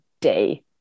day